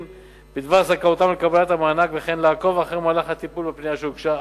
בדבר זכאותם לקבלת המענק וכן לעקוב אחר מהלך הטיפול בפנייה שהוגשה.